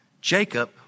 Jacob